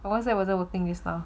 my Whatsapp wasn't working just now